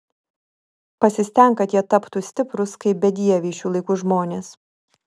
pasistenk kad jie taptų stiprūs kaip bedieviai šių laikų žmonės